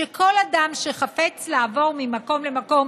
שכל אדם שחפץ לעבור ממקום למקום,